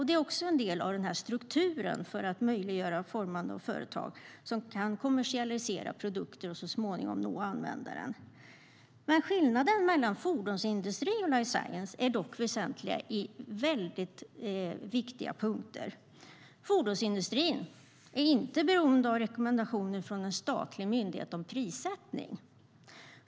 Det är också en del av den struktur som ska möjliggöra formande av företag som kan kommersialisera produkter och så småningom nå användaren. Skillnaden mellan fordonsindustrin och life science är dock väsentliga på väldigt viktiga punkter. Fordonsindustrin är inte beroende av rekommendationer från en statlig myndighet om prissättning.